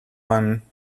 one